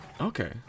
Okay